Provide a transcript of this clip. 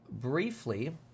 briefly